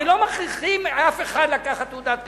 הרי לא מכריחים אף אחד לקחת תעודת כשרות.